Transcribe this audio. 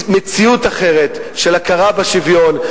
מציאות אחרת של הכרה בשוויון.